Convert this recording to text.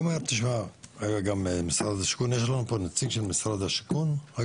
היה גם נציג של משרד השיכון.